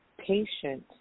patient